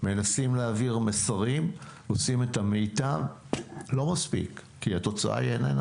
מנסים להעביר מסרים ועושים את המיטב אבל לא מספיק כי התוצאה איננה